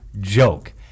joke